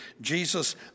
Jesus